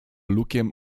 lukiem